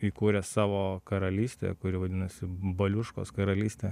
įkūręs savo karalystę kuri vadinasi baliuškos karalystė